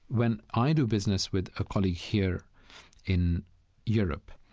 when i do business with a colleague here in europe,